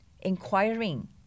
inquiring